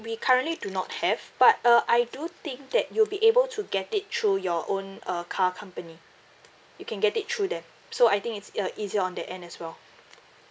we currently do not have but uh I do think that you'll be able to get it through your own uh car company you can get it through them so I think it's uh easier on their end as well